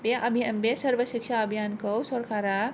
बे अभियान बे सर्व शिक्षा अभियानखौ सरखारा